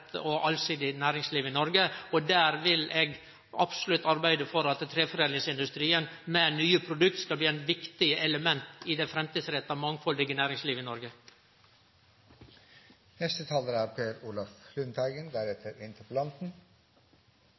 allsidig næringsliv i Noreg. Eg vil absolutt arbeide for at treforedlingsindustrien med nye produkt skal bli eit viktig element i det framtidsretta mangfaldige næringslivet i Noreg. Jeg er svært glad for interpellasjonen. Det er